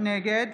נגד